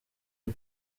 ari